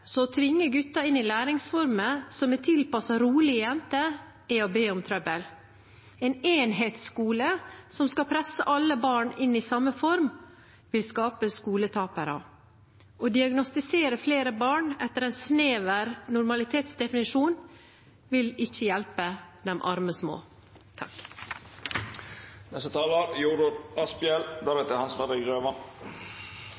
så å tvinge gutter inn i læringsformer som er tilpasset rolige jenter, er å be om trøbbel. En enhetsskole som skal presse alle barn inn i samme form, vil skape skoletapere. Å diagnostisere flere barn etter en snever normalitetsdefinisjon, vil ikke hjelpe de arme små.